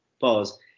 pause